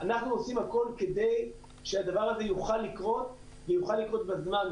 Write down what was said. אנחנו עושים הכול כדי שהדבר הזה יוכל לקרות ויוכל לקרות מזמן,